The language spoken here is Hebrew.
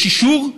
יש אישור,